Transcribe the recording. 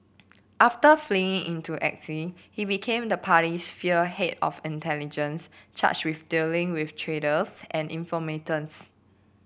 after fleeing into exile he became the party's feared head of intelligence charged with dealing with traitors and informants